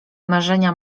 marzenia